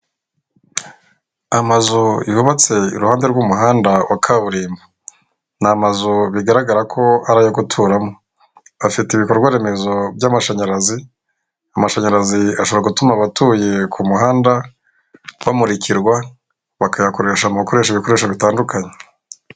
Amazu yubatse iruhande rw'umuhanda wa kaburimbo, ni amazu bigaragara ko ari ayo guturamo, afite ibikorwa remezo by'amashanyarazi, amashanyarazi ashobora gutuma abatuye ku muhanda bamurikirwa bakayakoresha mu gukoresha ibikoresho bitandukanye.